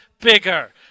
bigger